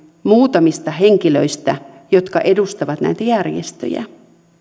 muutamista henkilöistä jotka edustavat näitä järjestöjä